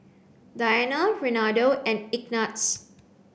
Diana Renaldo and Ignatz